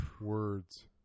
words